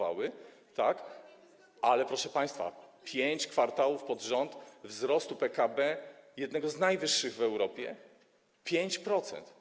Ale, proszę państwa, pięć kwartałów z rzędu wzrostu PKB, jednego z najwyższych w Europie - 5%.